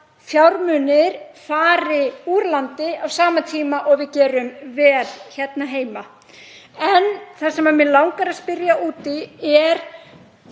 fjármunir fari úr landi á sama tíma og við gerum vel hér heima. Það sem mig langar að spyrja út í er